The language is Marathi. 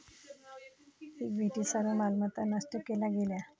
इक्विटी सर्व मालमत्ता नष्ट केल्या गेल्या